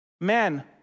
Men